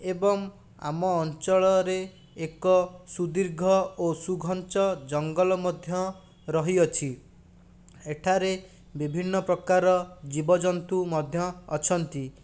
ଏବଂ ଆମ ଅଞ୍ଚଳରେ ଏକ ଶୁଦୀର୍ଘ ଓ ଶୁଘଞ୍ଚ ଜଙ୍ଗଲ ମଧ୍ୟ ରହିଅଛି ଏଠାରେ ବିଭିନ୍ନ ପ୍ରକାର ଜୀବଜନ୍ତୁ ମଧ୍ୟ ଅଛନ୍ତି